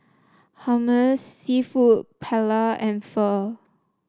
Hummus seafood Paella and Pho